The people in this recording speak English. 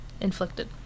Inflicted